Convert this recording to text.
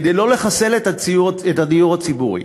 כדי לא לחסל את הדיור הציבורי,